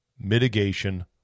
mitigation